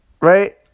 Right